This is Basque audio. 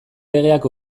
legeak